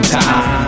time